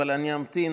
אבל אני אמתין